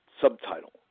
subtitle